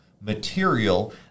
material